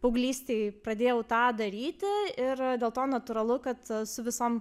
paauglystėj pradėjau tą daryti ir dėl to natūralu kad su visom